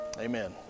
amen